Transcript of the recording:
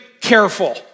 careful